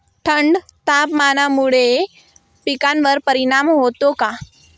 थंड तापमानामुळे पिकांवर परिणाम होतो का?